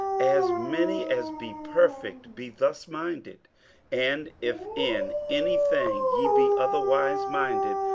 as many as be perfect, be thus minded and if in any thing ye be otherwise minded,